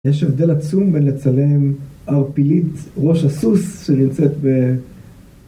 יש הבדל עצום בין לצלם ערפילית ראש הסוס שנמצאת ב...